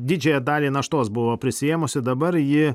didžiąją dalį naštos buvo prisiėmusi dabar ji